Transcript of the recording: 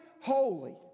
holy